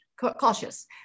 cautious